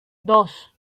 dos